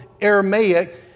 Aramaic